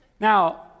Now